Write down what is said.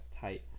tight